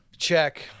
Check